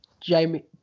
Jamie